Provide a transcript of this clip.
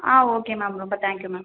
ஆ okay ma'am ரொம்ப thank you ma'am